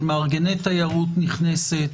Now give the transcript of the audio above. של מארגני תיירות נכנסת,